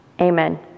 Amen